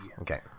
Okay